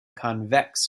convex